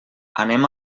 anem